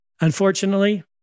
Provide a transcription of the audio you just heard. Unfortunately